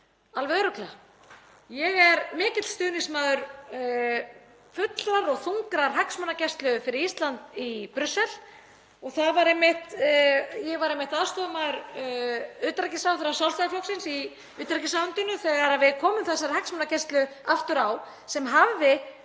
Alveg örugglega. Ég er mikill stuðningsmaður fullrar og þungrar hagsmunagæslu fyrir Ísland í Brussel. Ég var einmitt aðstoðarmaður utanríkisráðherra Sjálfstæðisflokksins í utanríkisráðuneytinu þegar við komum þessari hagsmunagæslu aftur á sem hafði